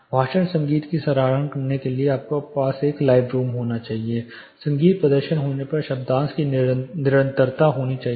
भाषण संगीत की सराहना करने के लिए आपके पास एक लाइव रूम होना चाहिए संगीत प्रदर्शन होने पर शब्दांश की निरंतरता होनी चाहिए